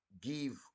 give